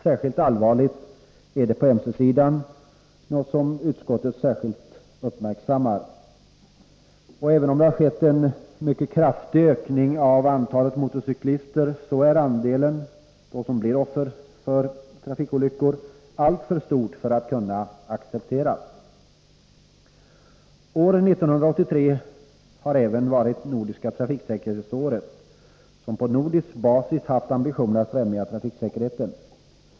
Särskilt allvarligt är det på mce-sidan, något som utskottet särskilt uppmärksammar. Även om det har skett en mycket kraftig ökning av antalet motorcyklister så är andelen som blir offer för trafikolyckor alltför stor för att kunna accepteras. År 1983 har även varit Nordiska trafiksäkerhetsåret, som på nordisk basis har haft ambitionen att främja trafiksäkerheten.